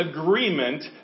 agreement